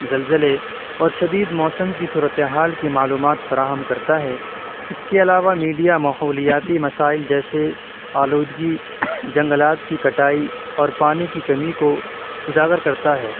زلزلے اور شدید موسم کی صورت حال کے معلومات فراہم کرتا ہے اس کے علاوہ میڈیا ماحولیاتی مسائل جیسے آلودگی جنگلات کی کٹائی اور پانی کی کمی کو اجاگر کرتا ہے